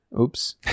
oops